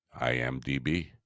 IMDb